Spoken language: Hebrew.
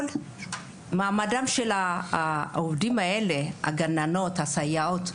מעמדתן של העובדות האלו, של הגננות והסייעות,